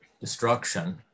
destruction